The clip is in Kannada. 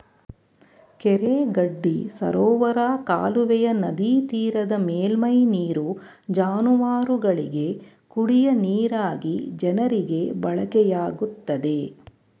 ಕೆರೆ ಗಡ್ಡಿ ಸರೋವರ ಕಾಲುವೆಯ ನದಿತೀರದ ಮೇಲ್ಮೈ ನೀರು ಜಾನುವಾರುಗಳಿಗೆ, ಕುಡಿಯ ನೀರಾಗಿ ಜನರಿಗೆ ಬಳಕೆಯಾಗುತ್ತದೆ